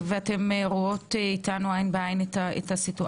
ואתן רואות אתנו עין בעין את המצב.